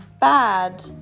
bad